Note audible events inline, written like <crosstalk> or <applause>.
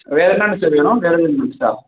வேறு என்னாங்க சார் வேணும் வேறு <unintelligible>